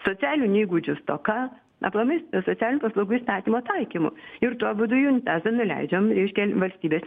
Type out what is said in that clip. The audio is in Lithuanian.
socialinių įgūdžių stoka aplamai socialinių paslaugų įstatymo taikymu ir tuo būdu į unitazą nuleidžiam reiškia valstybės